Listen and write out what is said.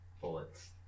bullets